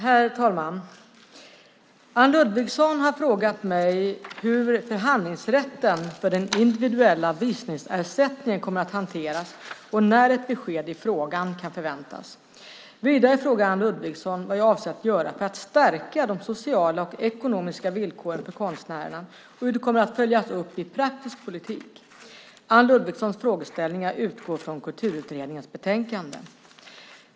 Herr talman! Anne Ludvigsson har frågat mig hur förhandlingsrätten för den individuella visningsersättningen kommer att hanteras och när ett besked i frågan kan förväntas. Vidare frågar Anne Ludvigsson vad jag avser att göra för att stärka de sociala och ekonomiska villkoren för konstnärerna och hur det kommer att följas upp i praktisk politik. Anne Ludvigssons frågeställningar utgår från Kulturutredningens betänkande.